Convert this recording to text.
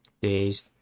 days